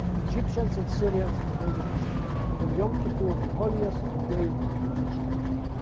egyptians and syrians invaded israel on yom kippur, the holiest of days in the jewish calendar.